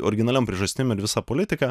originaliom priežastim ir visa politika